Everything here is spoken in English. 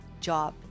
job